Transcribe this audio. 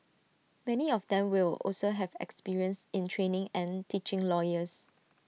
many of them will also have experience in training and teaching lawyers